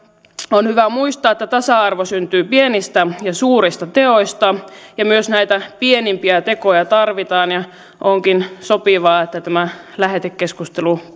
on hyvä muistaa että tasa arvo syntyy pienistä ja suurista teoista ja myös näitä pienimpiä tekoja tarvitaan onkin sopivaa että tämä lähetekeskustelu